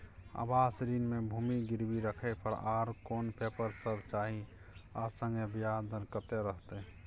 आवास ऋण म भूमि गिरवी राखै पर आर कोन पेपर सब चाही आ संगे ब्याज दर कत्ते रहते?